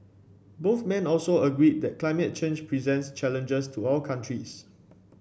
both men also agreed that climate change presents challenges to all countries